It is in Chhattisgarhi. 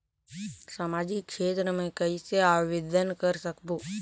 समाजिक क्षेत्र मे कइसे आवेदन कर सकबो?